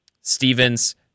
Stevens